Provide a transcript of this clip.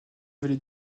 vallée